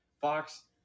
Fox